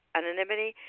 anonymity